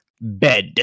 bed